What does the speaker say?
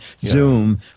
Zoom